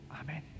Amen